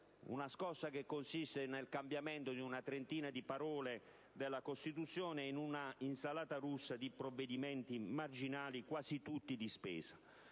economica, che consiste nel cambiamento di una trentina di parole della Costituzione, in un'insalata russa di provvedimenti marginali, quasi tutti di spesa: